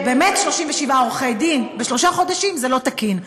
באמת 37 עורכי-דין בשלושה חודשים זה לא תקין,